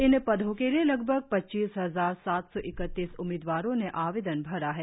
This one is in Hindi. इन पदो के लिए लगभग पचीस हजार सात सौ इकत्तीस उम्मीदवारों ने आवेदन भरा है